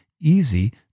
easy